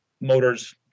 motors